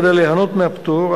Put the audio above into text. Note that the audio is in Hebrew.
כדי ליהנות מהפטור,